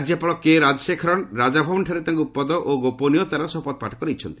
ରାଜ୍ୟପାଳ କୁଞ୍ମାନମ୍ ରାଜ୍ଚଶେଖରନ୍ ରାଜଭବନଠାରେ ତାଙ୍କୁ ପଦ ଓ ଗୋପନୀୟତାର ଶପଥପାଠ କରାଇଛନ୍ତି